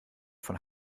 von